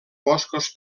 boscos